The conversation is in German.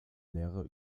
lehre